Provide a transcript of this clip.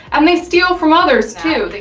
um they steal from others too.